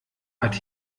hat